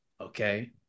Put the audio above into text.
okay